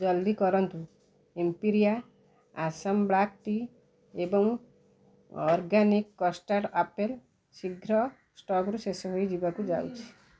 ଜଲ୍ଦି କରନ୍ତୁ Imperia Assam black tea ଏବଂ ଅର୍ଗାନିକ୍ କଷ୍ଟାର୍ଡ଼୍ ଆପଲ୍ ଶୀଘ୍ର ଷ୍ଟକ୍ରୁ ଶେଷ ହୋଇଯିବାକୁ ଯାଉଛି